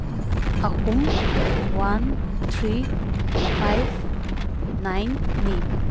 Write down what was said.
ꯑꯍꯨꯝ one three five ꯅꯥꯏꯟꯅꯤ